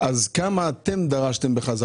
כמה אתם דרשתם בחזרה?